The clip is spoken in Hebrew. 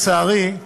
לצערי,